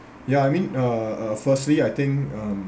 ya I mean uh uh firstly I think um